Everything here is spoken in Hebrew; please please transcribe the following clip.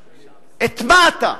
את, מה אתה,